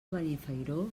benifairó